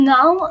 Now